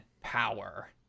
power